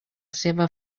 seva